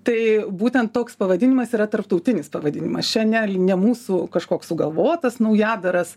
tai būtent toks pavadinimas yra tarptautinis pavadinimas čia ne ne mūsų kažkoks sugalvotas naujadaras